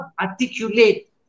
articulate